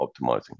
optimizing